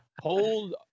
Hold